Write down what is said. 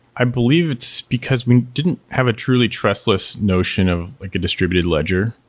i believe it's because we didn't have a truly trustless notion of like a distributed ledger.